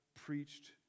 preached